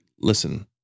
listen